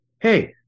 Hey